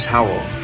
Howell